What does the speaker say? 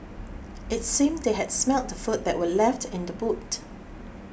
it seemed that they had smelt the food that were left in the boot